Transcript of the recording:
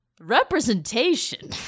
Representation